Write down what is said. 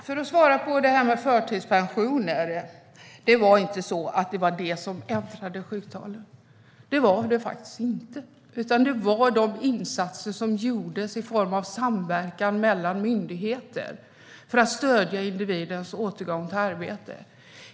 Herr talman! När det gäller förtidspensioner var det faktiskt inte de som ändrade sjuktalen, utan det var de insatser som gjordes i form av samverkan mellan myndigheter för att stödja individens återgång till arbete.